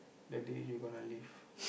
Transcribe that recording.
that day you gonna leave